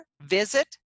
visit